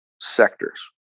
sectors